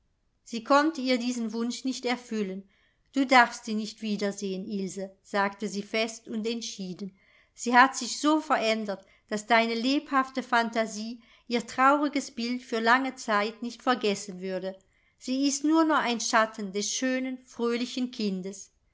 sie konnte ihr diesen wunsch nicht erfüllen du darfst sie nicht wiedersehn ilse sagte sie fest und entschieden sie hat sich so verändert daß deine lebhafte phantasie ihr trauriges bild für lange zeit nicht vergessen würde sie ist nur noch ein schatten des schönen fröhlichen kindes